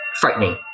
frightening